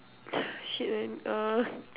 shit man uh